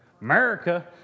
America